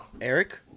Eric